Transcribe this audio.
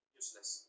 useless